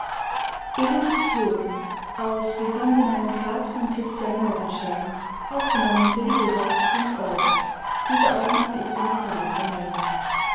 project gutenberg's wir fanden einen pfad by christian morgenstern